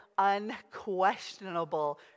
unquestionable